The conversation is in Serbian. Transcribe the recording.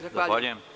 Zahvaljujem.